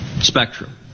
spectrum